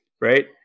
right